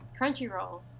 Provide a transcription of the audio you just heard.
Crunchyroll